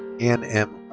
anne m.